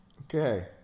Okay